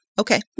Okay